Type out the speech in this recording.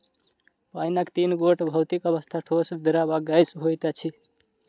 पाइनक तीन गोट भौतिक अवस्था, ठोस, द्रव्य आ गैस होइत अछि